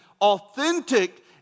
authentic